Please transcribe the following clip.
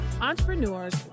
entrepreneurs